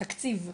התקציב,